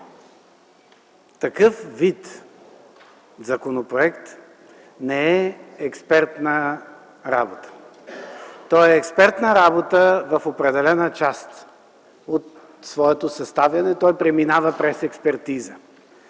Такъв вид законопроект не е експертна работа. Той е експертна работа в определена част от своето съставяне. Той преминава през експертиза.